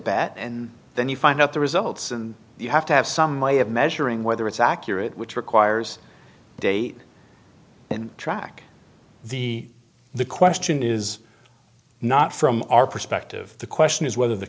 bet and then you find out the results and you have to have some way of measuring whether it's accurate which requires date and track the the question is not from our perspective the question is whether the